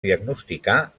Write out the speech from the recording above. diagnosticar